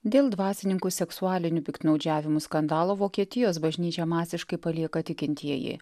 dėl dvasininkų seksualinių piktnaudžiavimų skandalo vokietijos bažnyčią masiškai palieka tikintieji